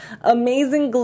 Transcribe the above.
amazing